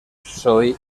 soy